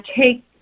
take